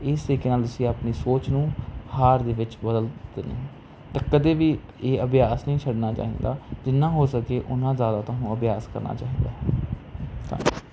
ਇਸ ਤਰੀਕੇ ਨਾਲ ਤੁਸੀਂ ਆਪਣੀ ਸੋਚ ਨੂੰ ਹਾਰ ਦੇ ਵਿੱਚ ਬਦਲ ਦਿੰਦੇ ਹੋ ਤਾਂ ਕਦੇ ਵੀ ਇਹ ਅਭਿਆਸ ਨਹੀਂ ਛੱਡਣਾ ਚਾਹੀਦਾ ਜਿੰਨਾ ਹੋ ਸਕੇ ਓਨਾਂ ਜ਼ਿਆਦਾ ਤੁਹਾਨੂੰ ਅਭਿਆਸ ਕਰਨਾ ਚਾਹੀਦਾ ਹੈ ਧੰਨਵਾਦ